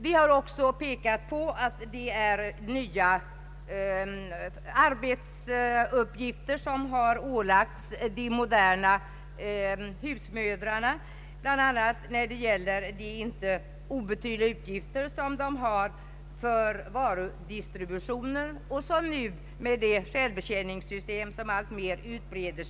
Vi framhåller vidare att nya arbetsuppgifter har ålagts de moderna husmödrarna. Med det självbetjäningssystem som alltmer breder ut sig får de bl.a. icke obetydliga utgifter för varudistributionen.